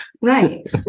Right